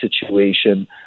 situation